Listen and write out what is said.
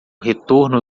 retorno